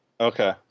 Okay